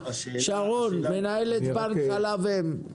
שרון מנהלת בנק חלב אם.